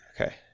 Okay